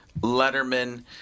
Letterman